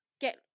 get